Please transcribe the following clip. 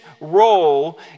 role